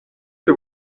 que